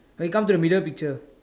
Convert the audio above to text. when you come to the middle picture